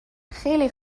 خیلی